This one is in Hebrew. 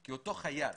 כי אותו חייל